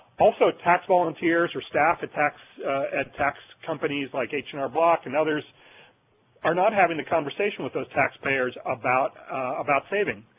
also tax volunteers or staff at tax at tax companies like h and r block and others are not having the conversation with those taxpayers about saving. saving.